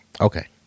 Okay